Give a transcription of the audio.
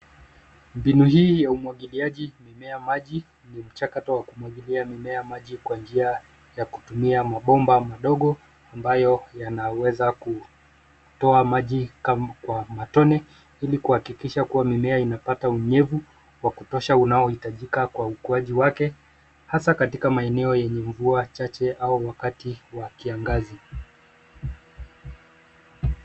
Mbinu hii ya umwagiliaji mimea maji ni mchakato wa kumwagilia mimea maji kwa njia ya kutumia mabomba madogo ambayo yanaweza kutoa maji kwa matone, ilikuhakikisha kuwa mimea inapata unyevu wa kutosha unaohitajika kwa ukuaji wake. Hasaa katika maeneo yenye mvua chache au wakati wa kiangazi.